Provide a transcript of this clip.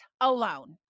alone